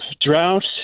drought